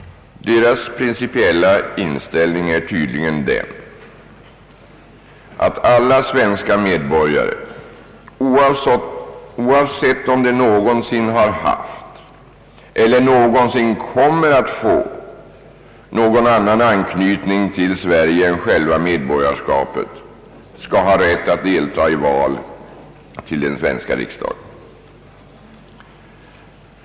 Deras principiella inställning är tydligen den, att alla svenska medborgare, oavsett om de någonsin har haft eller någonsin kommer att få någon annan anknytning till Sverige än själva medborgarskapet, skall ha rätt att deltaga i val till den svenska riksdagen.